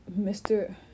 Mr